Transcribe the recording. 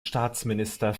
staatsminister